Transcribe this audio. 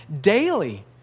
daily